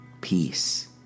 peace